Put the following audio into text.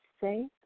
safe